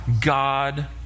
God